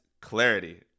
clarity